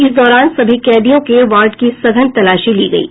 इस दौरान सभी कैदियों के वार्ड की सघन तालाशी ली गयी